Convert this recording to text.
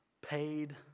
paid